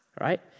right